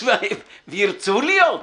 וירצו להיות?